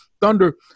Thunder